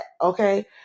okay